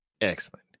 excellent